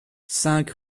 cinq